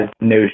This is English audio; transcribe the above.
no